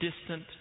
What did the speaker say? distant